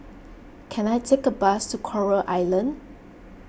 can I take a bus to Coral Island